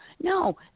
No